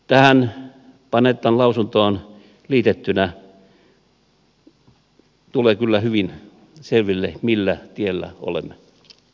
tähän panettan lausuntoon liitettynä tulee kyllä hyvin selväksi millä tiellä olemme